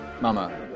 Mama